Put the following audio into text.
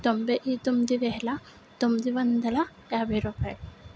తొంభై తొమ్మిది వేల తొమ్మిది వందల యాభై రూపాయలు